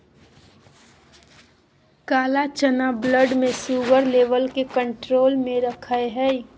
काला चना ब्लड में शुगर लेवल के कंट्रोल में रखैय हइ